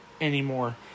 anymore